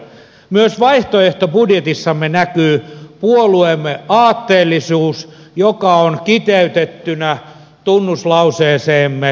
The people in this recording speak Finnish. myös vaihtoehtobudjetissamme näkyy puolueemme aatteellisuus joka on kiteytettynä tunnuslauseeseemme